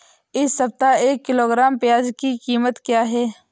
इस सप्ताह एक किलोग्राम प्याज की कीमत क्या है?